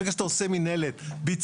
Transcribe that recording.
ברגע שאתה עושה מנהלת ביצוע,